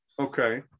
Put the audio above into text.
Okay